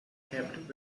kept